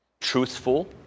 truthful